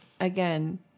again